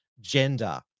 gender